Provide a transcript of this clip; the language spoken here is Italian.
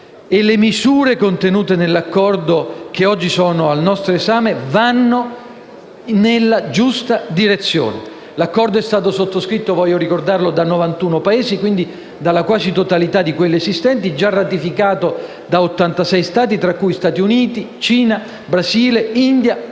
le misure contenute nell'accordo oggi al nostro esame vanno nella giusta direzione. L'accordo è stato sottoscritto, voglio ricordarlo, da 191 Paesi, quindi dalla quasi totalità di quelli esistenti, già ratificato da 86 Stati, tra cui Stati Uniti, Cina, Brasile, India, oltre a